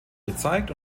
gezeigt